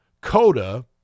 Coda